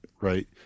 right